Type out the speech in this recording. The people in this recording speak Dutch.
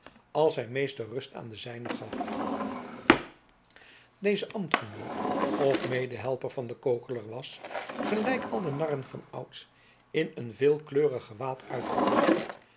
als zijn meester rust aan de zijne gaf deze ambtgenoot of medehelper van den kokeler was gelijk al de narren vanouds in een veelkleurig gewaad